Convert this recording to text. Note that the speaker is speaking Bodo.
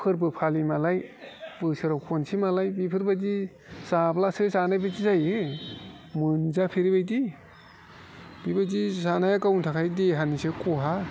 फोरबो फालिबालाय बोसोराव खनसेबालाय बेफोरबायदि जाब्लासो जानाय बायदि जायो मोनजाफेरिबायदि बेबायदि जानाया गावनि थाखाय देहानिसो खहा